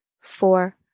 four